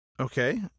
Okay